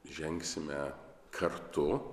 žengsime kartu